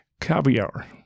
Caviar